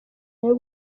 nayo